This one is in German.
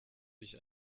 ich